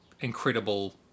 incredible